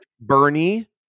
Bernie –